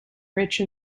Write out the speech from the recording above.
rich